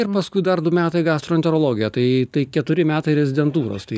ir paskui dar du metai gastroenterologijoje tai tai keturi metai rezidentūros tai